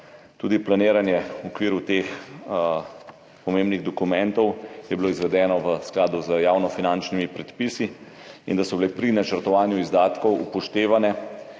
tudi planiranje v okviru teh pomembnih dokumentov izvedeno v skladu z javnofinančnimi predpisi in da so bile pri načrtovanju izdatkov upoštevane